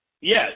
Yes